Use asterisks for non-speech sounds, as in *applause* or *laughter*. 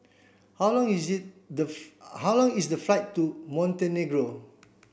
how long is *unintelligible* the *unintelligible* how long is the flight to Montenegro